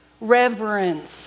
Reverence